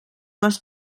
les